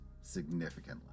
significantly